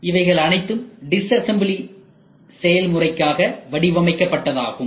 இவைகள் அனைத்தும் டிஸ்அசம்பிளி செயல்முறைகாக வடிவமைக்கப்பட்டது ஆகும்